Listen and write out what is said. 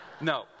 no